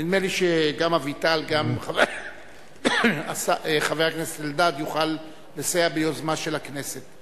נדמה לי שגם אביטל וגם חבר הכנסת אלדד יוכלו לסייע ביוזמה של הכנסת.